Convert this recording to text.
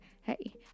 Hey